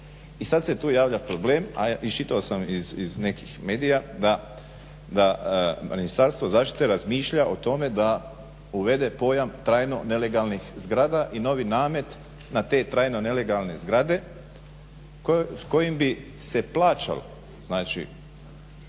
i sad se tu javlja problem. A iščitao sam iz nekih medija da Ministarstvo zaštite razmišlja o tome da uvede pojam trajno nelegalnih zgrada i novi namet na te trajno nelegalne zgrade s kojim bi se plaćalo znači